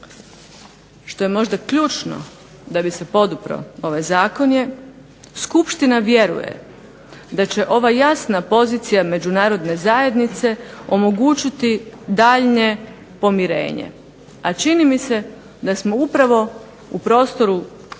što je možda ključno da bi se podupro ovaj zakon je skupština vjeruje da će ova jasna pozicija Međunarodne zajednice omogućiti daljnje pomirenje. A čini mi se da smo upravo u prostoru tog